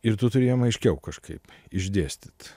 ir tu turi jam aiškiau kažkaip išdėstyt